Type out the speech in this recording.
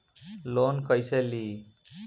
Loan कईसे ली?